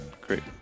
Great